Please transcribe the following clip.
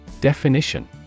Definition